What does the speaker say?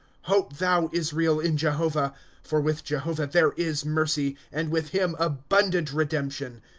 hope thou, israel, in jehovah for with jehovah there is mercy. and with him abundant redemption.